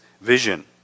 vision